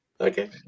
Okay